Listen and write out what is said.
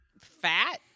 fat